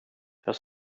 jag